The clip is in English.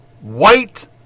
white